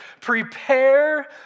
Prepare